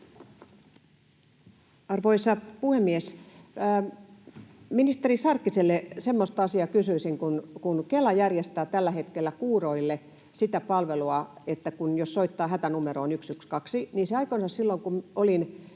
Arvoisa puhemies! Ministeri Sarkkiselta semmoisesta asiasta kysyisin, kun Kela järjestää tällä hetkellä kuuroille sitä palvelua, että jos soittaa hätänumeroon 112... Silloin aikoinansa, kun olin